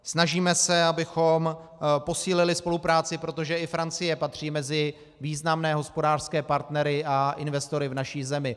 Snažíme se, abychom posílili spolupráci, protože i Francie patří mezi významné hospodářské partnery a investory v naší zemi.